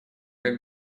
как